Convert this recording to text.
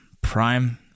prime